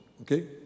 Okay